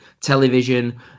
television